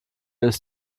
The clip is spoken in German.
ist